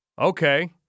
Okay